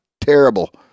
Terrible